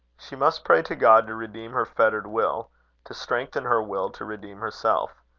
she must pray to god to redeem her fettered will to strengthen her will to redeem herself.